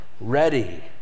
ready